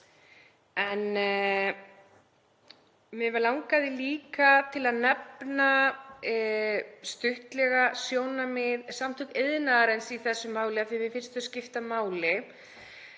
skatta? Mig langaði líka til að nefna stuttlega sjónarmið Samtaka iðnaðarins í þessu máli af því að mér finnst þau skipta máli.